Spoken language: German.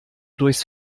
durchs